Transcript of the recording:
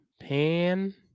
Pan